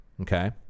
okay